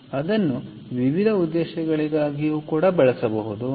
ಆದ್ದರಿಂದ ಅದನ್ನು ವಿವಿಧ ಉದ್ದೇಶಗಳಿಗಾಗಿ ಬಳಸಬಹುದು